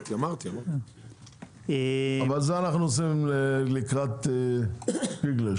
את זה אנחנו עושים לקראת שפיגלר,